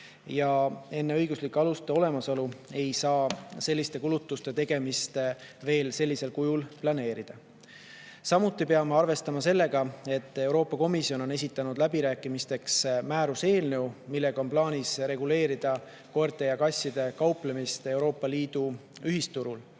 Enne õiguslike aluste olemasolu ei saa selliste kulutuste tegemist planeerida. Samuti peame arvestama sellega, et Euroopa Komisjon on esitanud läbirääkimisteks määruse eelnõu, millega on plaanis reguleerida koerte ja kassidega kauplemist Euroopa Liidu ühisturul.